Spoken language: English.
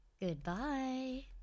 Goodbye